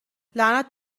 لعنت